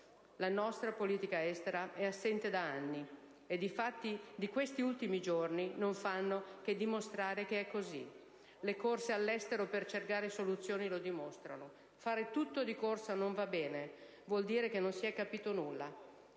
La nostra politica estera è assente da anni, e i fatti di questi ultimi giorni non fanno che dimostrare che è cosi. Le corse all'estero per cercare soluzioni lo dimostrano. Fare tutto di corsa non va bene: vuol dire che non si è capito nulla.